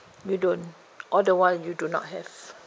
you don't all the while you do not have